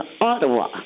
Ottawa